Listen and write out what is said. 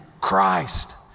Christ